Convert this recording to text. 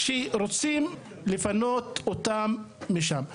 שרוצים לפנות אותם משם.